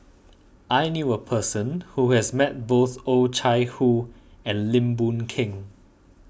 I knew a person who has met both Oh Chai Hoo and Lim Boon Keng